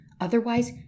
Otherwise